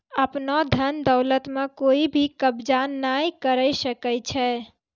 आपनो धन दौलत म कोइ भी कब्ज़ा नाय करै सकै छै